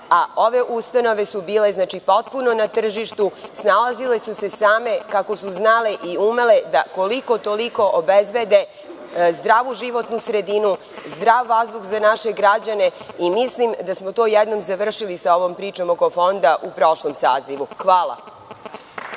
a ove ustanove su bile potpuno na tržištu, same se snalazile kako su znale i umele da koliko-toliko obezbede zdravu životnu sredinu, zdrav vazduh za naše građane. Mislim da smo već jednom završili sa pričom oko Fonda u prošlom sazivu. Hvala.